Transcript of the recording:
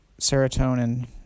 serotonin